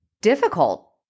Difficult